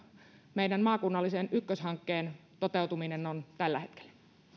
meidän maakunnallisen ykköshankkeen toteutuminen on tällä hetkellä